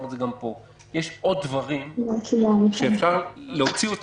יש עוד דברים שאפשר להוציא.